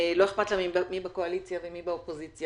לא אכפת להם מי בקואליציה ומי באופוזיציה.